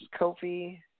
Kofi